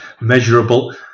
measurable